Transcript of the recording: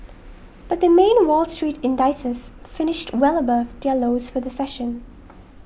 but the main Wall Street indices finished well above their lows for the session